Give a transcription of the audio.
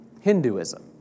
Hinduism